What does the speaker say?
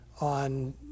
on